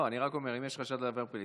אני רק אומר, אם יש חשד לעבירה פלילית,